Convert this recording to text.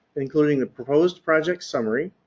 including the proposed project summary,